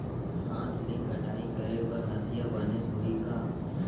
हाथ ले कटाई करे बर हसिया बने होही का?